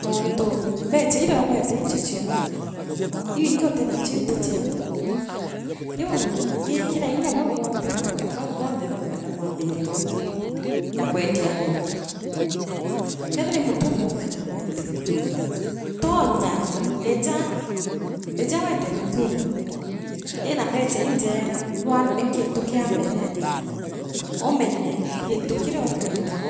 Noontu mbicha iria ugweete ichio chiaku, ii ingi utinacio ii ti chiaku. Riu ngiikira inya bau bonthe bakwe bau bonthe bakwenda kwambiria ngugi ya kwendia nguu. Kethira ii mutumba ukwenda kwendia tonya ku inja, ija wendie mitumba inaa mbecha injeega bwaambe gintu kia mbete, amenye gintu kiria ukwonda